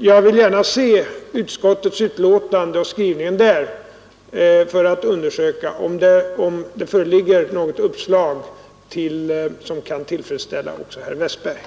jag vill gärna se utskottets betänkande och dess skrivning för att undersöka om det där föreligger något uppslag som kan tillfredsställa också herr Westberg.